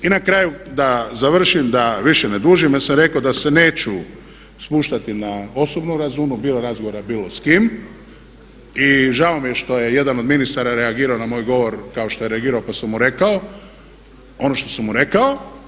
I na kraju da završim da više ne dužim, jer sam rekao da se neću spuštati na osobnu razinu bilo razgovora, bilo s kim i žao mi je što je je jedan od ministara reagirao na moj govor kao što je reagirao pa sam mu rekao, ono što sam mu rekao.